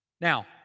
Now